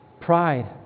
Pride